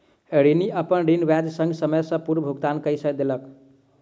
ऋणी, अपन ऋण ब्याज संग, समय सॅ पूर्व भुगतान कय देलक